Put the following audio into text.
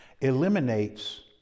eliminates